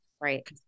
Right